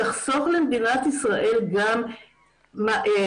תחסוך למדינת ישראל גם גירוש,